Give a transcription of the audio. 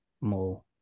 more